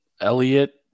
Elliot